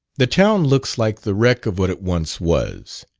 the town looks like the wreck of what it once was.